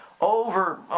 over